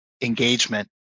engagement